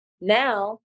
Now